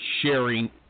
sharing